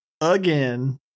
Again